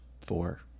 four